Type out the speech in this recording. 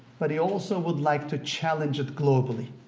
but he also would like to challenge it globally,